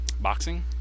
boxing